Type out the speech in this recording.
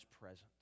presence